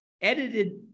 edited